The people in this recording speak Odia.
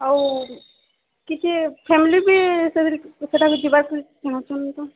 ଆଉ କିଛି ଫ୍ୟାମିଲି ବି ସେଟାକୁ ଯିବାକେ ଚାହୁଁଚନ୍ ତ